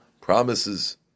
promises